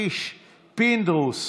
יואב קיש ויצחק פינדרוס,